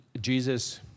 Jesus